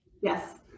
yes